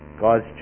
God's